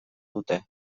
dute